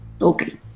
Okay